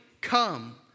come